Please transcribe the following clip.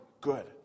good